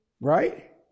Right